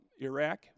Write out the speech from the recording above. Iraq